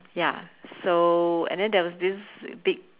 ya so and then there was this big